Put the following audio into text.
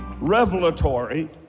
revelatory